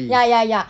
ya ya ya